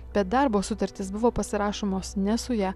bet darbo sutartys buvo pasirašomos ne su ja